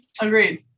Agreed